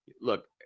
look